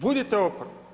Budite oporba.